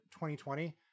2020